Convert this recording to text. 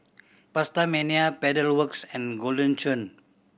PastaMania Pedal Works and Golden Churn